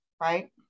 right